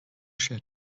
share